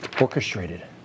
orchestrated